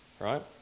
right